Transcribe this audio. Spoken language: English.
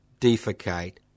defecate